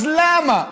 אז למה?